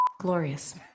glorious